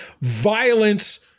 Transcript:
Violence